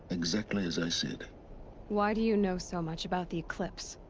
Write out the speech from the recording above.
exactly as i said why do you know so much about the eclipse?